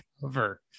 cover